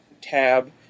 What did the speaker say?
tab